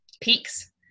peaks